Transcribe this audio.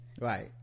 right